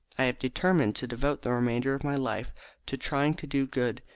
i have determined to devote the remainder of my life to trying to do good,